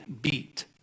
beat